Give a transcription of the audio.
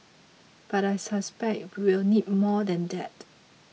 but I suspect we will need more than that